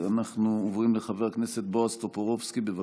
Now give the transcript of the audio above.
אנחנו עוברים לחבר הכנסת בועז טופורובסקי, בבקשה.